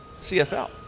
CFL